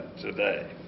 today